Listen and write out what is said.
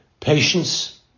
patience